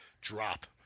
drop